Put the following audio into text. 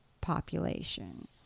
population